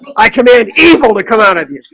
i command evil to come out of you.